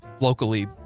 locally